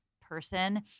person